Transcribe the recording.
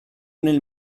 nel